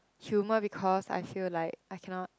humour because I feel like I cannot